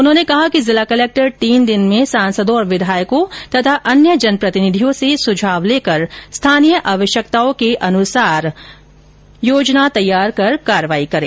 उन्होंने कहा कि जिला कलेक्टर तीन दिन में सांसदों विधायकों और अन्य जनप्रतिनिधियों से सुझाव लेकर स्थानीय आवश्यकताओं के अनुरूप योजना तैयार कर कार्रवाई करें